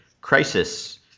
crisis